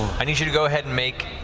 i need you to go ahead and make,